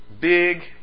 big